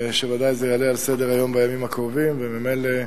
שזה ודאי יעלה על סדר-היום בימים הקרובים, וממילא,